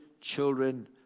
children